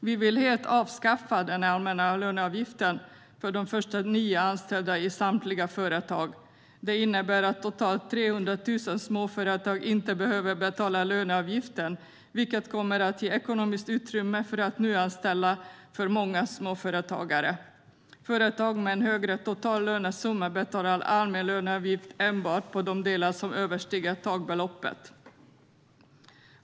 Vi vill helt avskaffa den allmänna löneavgiften för de första nio anställda i samtliga företag. Det innebär att totalt 300 000 småföretag inte behöver betala löneavgiften, vilket kommer att ge ekonomiskt utrymme för att nyanställa för många småföretagare. Företag med en högre total lönesumma betalar allmän löneavgift enbart på de delar som överstiger takbeloppet.